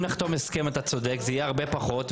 אם נחתום הסכם אתה צודק וזה יהיה הרבה פחות.